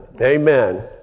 Amen